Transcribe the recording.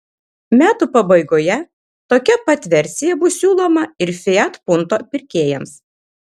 metų pabaigoje tokia pat versija bus siūloma ir fiat punto pirkėjams